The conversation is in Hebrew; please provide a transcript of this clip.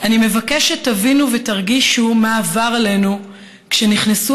אני מבקש שתבינו ותרגישו מה עבר עלינו כשנכנסו